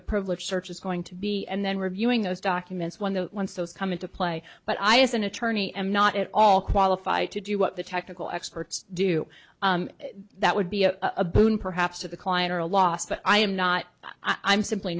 the privilege search is going to be and then reviewing those documents when that once those come into play but i as an attorney am not at all qualified to do what the technical experts do that would be a boon perhaps to the client or a loss but i am not i'm simply